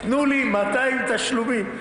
אמרו לו 200 תשלומים.